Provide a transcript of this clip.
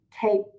take